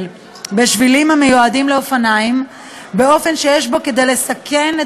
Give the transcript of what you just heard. בשבילים המיועדים לאופניים באופן שיש בו כדי לסכן את